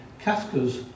Kafka's